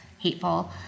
hateful